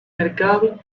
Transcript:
mercado